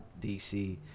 DC